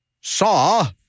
saw